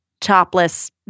topless